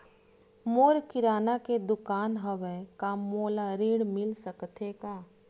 मोर किराना के दुकान हवय का मोला ऋण मिल सकथे का?